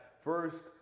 first